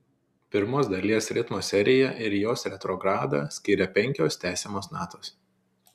pirmos dalies ritmo seriją ir jos retrogradą skiria penkios tęsiamos natos